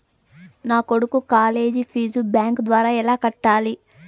మా కొడుకు college fees bank ద్వారా ఎలా కట్టాలి?